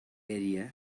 area